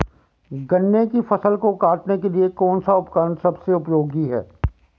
गन्ने की फसल को काटने के लिए कौन सा उपकरण सबसे उपयोगी है?